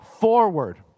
Forward